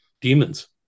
demons